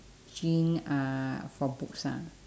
gen~ ah for books ah